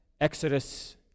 Exodus